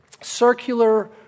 circular